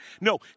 No